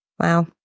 Wow